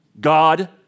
God